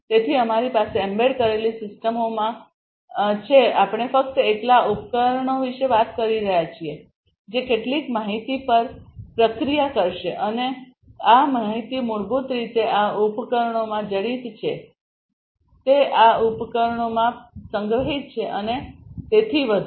તેથી અમારી પાસે એમ્બેડ કરેલી સિસ્ટમોમાં છે આપણે ફક્ત એકલા ઉપકરણો વિશે વાત કરી રહ્યા છીએ જે કેટલીક માહિતી પર પ્રક્રિયા કરશે અને આ માહિતી મૂળભૂત રીતે આ ઉપકરણોમાં જડિત છે તે આ ઉપકરણોમાં સંગ્રહિત છે અને તેથી વધુ